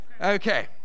Okay